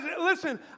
listen